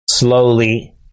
Slowly